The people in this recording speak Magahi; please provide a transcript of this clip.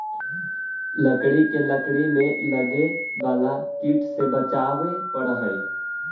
लकड़ी के लकड़ी में लगे वाला कीट से बचावे पड़ऽ हइ